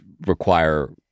require